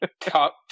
Top